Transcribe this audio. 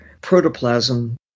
protoplasm